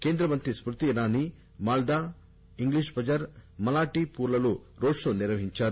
కేంద్ర మంత్రి స్మృతీ ఇరానీ మల్దా ఇంగ్లీష్ బజార్ మరాఠీ పూర్ లలో రోడ్ షో నిర్వహించారు